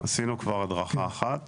עשינו כבר הדרכה אחת